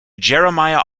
jeremiah